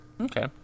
Okay